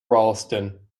ralston